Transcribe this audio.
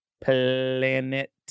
planet